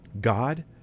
god